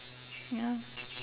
ya